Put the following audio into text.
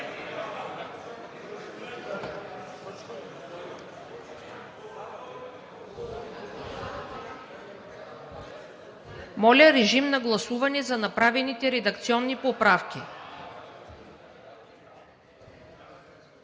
Моля, режим на гласуване за направените редакционни поправки.